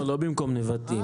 לא במקום נבטים.